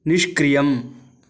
निष्क्रियम्